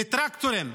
בטרקטורים,